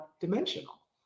dimensional